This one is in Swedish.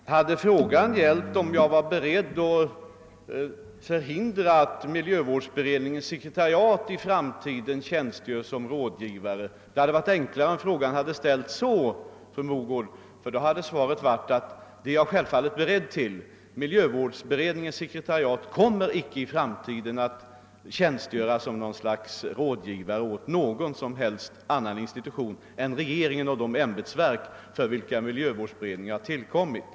Herr talman! Det hade varit enklare, fru Mogård, att fråga om jag är beredd att förhindra att miljövårdsberedningens sekretariat i framtiden tjänstgör som rådgivare. Då skulle jag ha svarat att jag självfallet är beredd att förhindra det. I framtiden kommer miljövårdsberedningens sekretariat inte att tjänstgöra som rådgivare åt någon annan institution än regeringen och de ämbetsverk för vilka beredningen tillkommit.